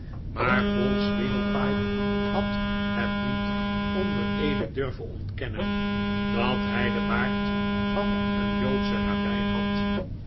maar poll sweedlepipe had het niet onder eede durven ontkennen dat hij den baard van een joodschen rabijn had